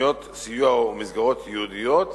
תוכניות סיוע ומסגרות ייעודיות